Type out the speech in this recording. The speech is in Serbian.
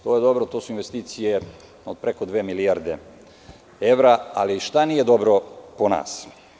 To su investicije od preko dve milijarde evra, ali šta nije dobro po nas?